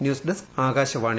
news desk Akashvani